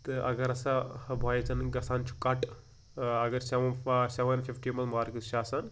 تہٕ اگر ہَسا ٲں بایزَن گژھان چھُ کَٹ ٲں اگر سیٚوَن ٲں سیٚوَن فِفٹی منٛز مارکٕس چھِ آسان